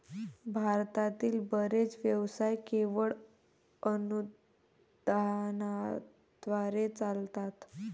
भारतातील बरेच व्यवसाय केवळ अनुदानाद्वारे चालतात